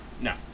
No